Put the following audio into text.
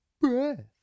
Breath